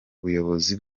buyobozi